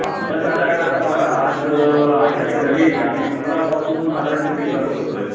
आमच्या साधारण आता बघा आज आठ तारीख झाली आम्ही पंधरापासून साधारण शूटिंग चालू करतो आहे